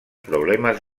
problemas